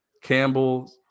Campbell